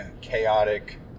chaotic